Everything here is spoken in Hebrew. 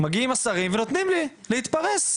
מגיעים השרים ונותנים לי להתפרס.